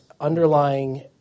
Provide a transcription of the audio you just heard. underlying